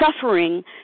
suffering